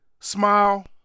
Smile